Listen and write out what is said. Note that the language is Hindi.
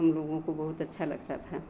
हम लोगों को बहुत अच्छा लगता था